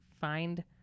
find